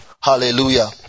Hallelujah